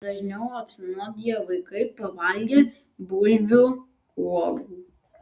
dažniau apsinuodija vaikai pavalgę bulvių uogų